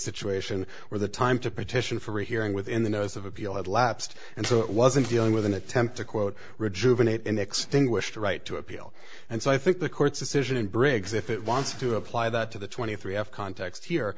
situation where the time to petition for a hearing within the notice of appeal had lapsed and so it wasn't dealing with an attempt to quote rejuvenate and extinguish the right to appeal and so i think the court's decision in briggs if it wants to apply that to the twenty three of context here